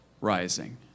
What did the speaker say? rising